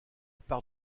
part